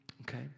okay